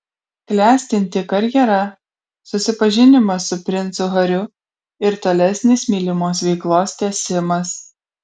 klestinti karjera susipažinimas su princu hariu ir tolesnis mylimos veiklos tęsimas